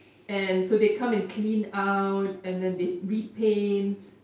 and so they come and clean out and then they repaint